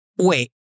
Wait